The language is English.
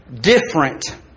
different